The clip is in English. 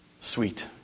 Sweet